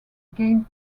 gained